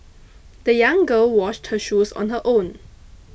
the young girl washed her shoes on her own